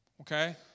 okay